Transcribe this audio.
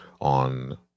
on